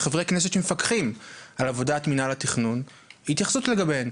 כחברי כנסת שמפקחים על עבודת מנהל התכנון התייחסות לגביהן,